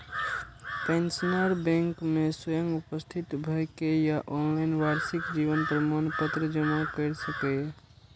pensioner bank मे स्वयं उपस्थित भए के या ऑनलाइन वार्षिक जीवन प्रमाण पत्र जमा कैर सकैए